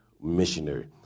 missionary